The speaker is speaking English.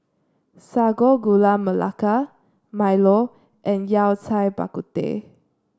Sago Gula Melaka milo and Yao Cai Bak Kut Teh